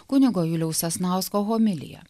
kunigo juliaus sasnausko homilija